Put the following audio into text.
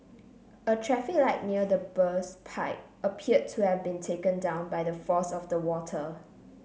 a traffic light near the burst pipe appeared to have been taken down by the force of the water